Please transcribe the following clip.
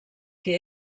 que